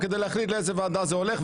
כדי להחליט לאיזה ועדה זה הולך,